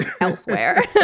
elsewhere